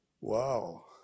Wow